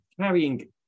carrying